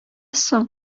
соң